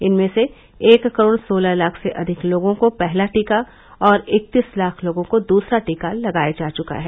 इनमें से एक करोड़ सोलह लाख से अधिक लोगों को पहला टीका और इकतीस लाख लोगों को दूसरा टीका लगाया जा चुका है